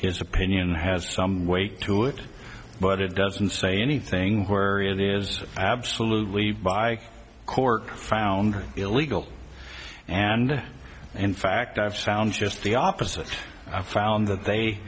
his opinion has some weight to it but it doesn't say anything where it is absolutely by court found illegal and in fact i have sound just the opposite i found that they